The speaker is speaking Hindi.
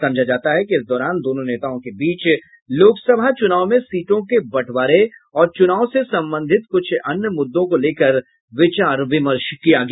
समझा जाता है कि इस दौरान दोनों नेताओं के बीच लोकसभा चुनाव में सीटों के बंटवारे और चुनाव से संबंधित कुछ अन्य मुद्दों को लेकर विचार विमर्श किया गया